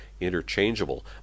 interchangeable